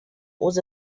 was